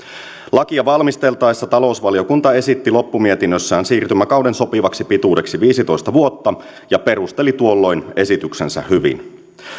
lakia valmisteltaessa talousvaliokunta esitti loppumietinnössään siirtymäkauden sopivaksi pituudeksi viisitoista vuotta ja perusteli tuolloin esityksensä hyvin